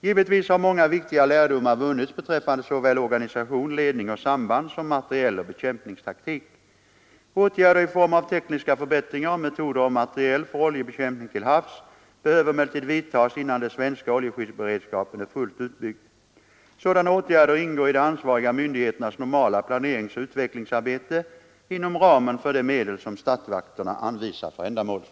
Givetvis har många viktiga lärdomar vunnits beträffande såväl organisation, ledning och samband som materiel och bekämpningstaktik. Åtgärder i form av tekniska förbättringar av metoder och materiel för oljebekämpning till havs behöver emellertid vidtas innan den svenska oljeskyddsberedskapen är fullt utbyggd. Sådana åtgärder ingår i-de ansvariga myndigheternas normala planeringsoch utvecklingsarbete inom ramen för de medel som statsmakterna anvisar för ändamålet.